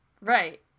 Right